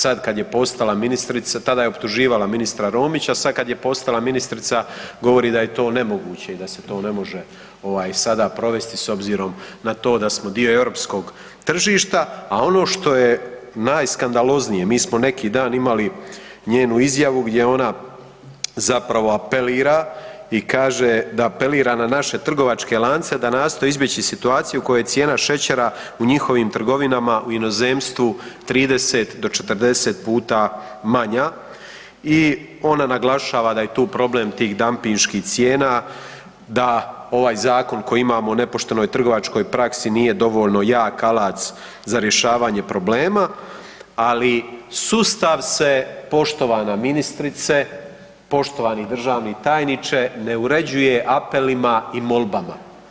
Sad kad je postala ministrica, tada je optuživala ministra Romića, sad kad je postala ministrica, govori da je to nemoguće i da se to ne može sada provesti s obzirom na to da smo dio europskog tržišta a ono što je najskandaloznije, mi smo neki dan imali njenu izjavu gdje ona zapravo apelira i kaže da apelira na naše trgovačke lance da nastoji izbjeći situaciju u kojoj je cijena šećera u njihovim trgovinama u inozemstvu 30 do 40 puta manja i ona naglašava da je tu problem tih dampinških cijela da ovaj zakon koji imamo o nepoštenoj trgovačkoj praksi, nije dovoljno jak alat za rješavanje problema, ali sustav se poštovana ministrice, poštovani državni tajniče, ne uređuje apelima i molbama.